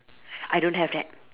I don't have that